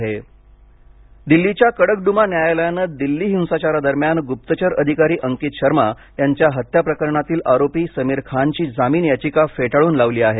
अंकित शर्मा दिल्लीच्या कडकडुमा न्यायालयाने दिल्ली हिंसाचारादरम्यान गुप्तचर अधिकारी अंकित शर्मा यांच्या हत्या प्रकरणातील आरोपी समीर खानची जामीन याचिका फेटाळून लावली आहे